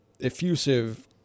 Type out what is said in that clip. effusive